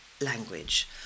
language